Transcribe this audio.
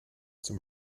zum